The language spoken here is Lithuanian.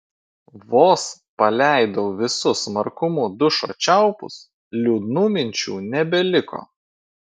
vos paleidau visu smarkumu dušo čiaupus liūdnų minčių nebeliko